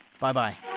Bye-bye